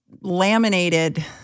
laminated